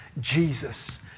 Jesus